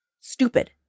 Stupid